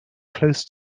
close